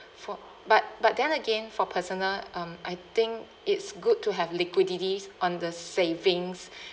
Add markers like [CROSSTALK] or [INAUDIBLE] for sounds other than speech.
for but but then again for personal um I think it's good to have liquidities on the savings [BREATH]